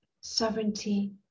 sovereignty